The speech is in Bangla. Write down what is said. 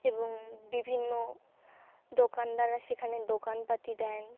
এবং বিভিন্ন দোকানদাররা সেখানে দোকানপাতি দেন